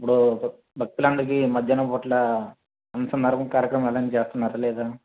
ఇప్పుడూ భక్తులందరికీ మధ్యాహ్నం పూట్ల అన్నసందర్పన కార్యక్రమాలు అన్నీ చేస్తనారా లేదా